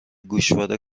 گوشواره